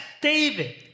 David